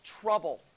trouble